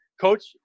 Coach